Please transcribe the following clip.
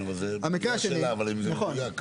כן אבל זו השאלה, אם זה מדויק.